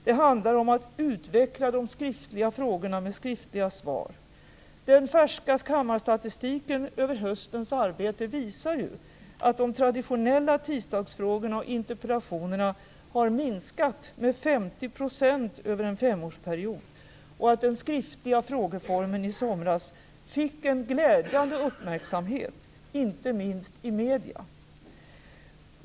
Det handlar om att utveckla de skriftliga frågorna med skriftliga svar. Den färska kammarstatistiken öven höstens arbete visar ju att de traditionella tisdagsfrågorna och interpellationerna har minskat med 50 % över en femårsperiod och att den skriftliga frågeformen i somras fick en glädjande uppmärksamhet, inte minst i medierna.